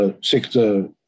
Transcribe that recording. sector